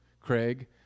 Craig